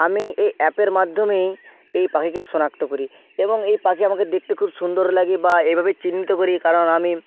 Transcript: আমি এ অ্যাপের মাধ্যমেই এই পাখিকে শনাক্ত করি এবং এই পাখি আমাকে দেখতে খুব সুন্দর লাগে বা এইভাবে চিহ্নিত করি কারণ আমি